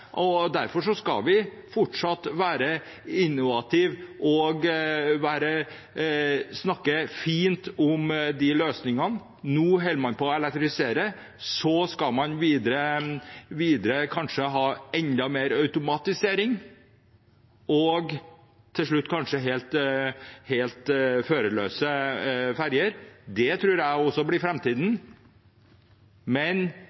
og derfor skal vi fortsatt være innovative og snakke fint om de løsningene. Nå holder man på å elektrifisere, så skal man kanskje ha enda mer automatisering og til slutt kanskje helt førerløse ferger. Det tror jeg også blir framtiden, men